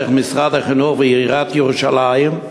דרך משרד החינוך ועיריית ירושלים,